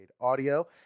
Audio